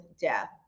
death